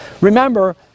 Remember